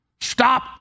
Stop